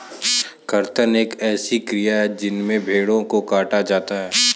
कर्तन एक ऐसी क्रिया है जिसमें भेड़ों को काटा जाता है